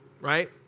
right